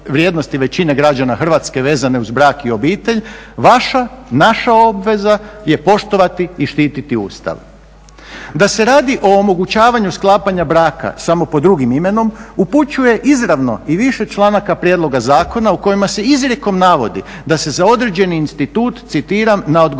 većine građana Hrvatske vezane uz brak i obitelji, vaša, naša obveza je poštovati i štititi Ustav. Da se radi o omogućavanju sklapanja braka, samo pod drugim imenom, upućuje izravno i više članaka prijedloga zakona u kojima se izrijekom navodi da se za određen institut, citiram: "na odgovarajući